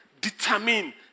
determine